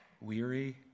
weary